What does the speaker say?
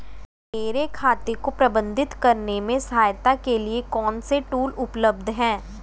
मेरे खाते को प्रबंधित करने में सहायता के लिए कौन से टूल उपलब्ध हैं?